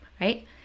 right